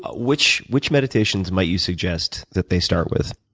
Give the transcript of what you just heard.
ah which which meditations might you suggest that they start with?